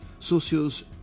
socios